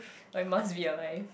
or like must be alive